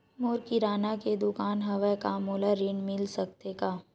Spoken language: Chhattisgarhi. मोर किराना के दुकान हवय का मोला ऋण मिल सकथे का?